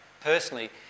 personally